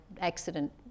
accident